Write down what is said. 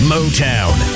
Motown